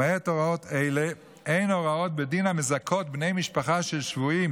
למעט הוראות אלה אין הוראות בדין המזכות בני משפחה של שבויים